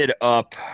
up